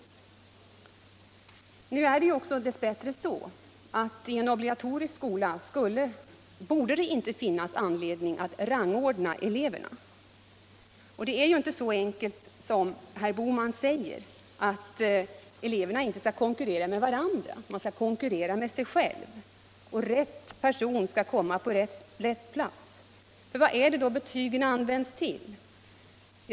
Nu är det också dess bättre så att i en obligatorisk skola borde det inte finnas anledning att rangordna eleverna. Det är ju inte så som herr Bohman säger, att eleverna inte skall konkurrera med varandra, utan endast med sig själva, och att rätt person skall komma på rätt plats. Vad är det betygen används till?